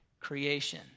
creation